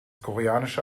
koreanische